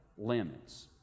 limits